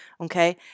Okay